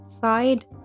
side